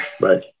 Bye